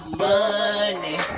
money